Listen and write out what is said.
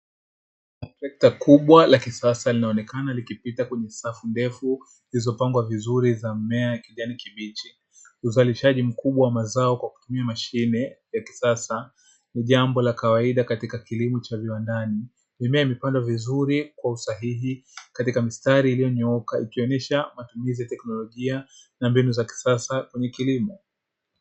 Sekta kubwa la kisasa linaonekana likipita kwenye safu ndefu zilizopangwa vizuri za mimea ya kijani kibichi Uzalishaji mkubwa wa mazao kwa kutumia mashine ya kisasa ni jambo la kawaida katika kilimo cha viwandani, mimea mipango vizuri kwa usahihi katika mistari iliyonyooka ikionyesha matumizi ya teknolojia na mbinu za kisasa kwenye kilimo